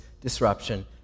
disruption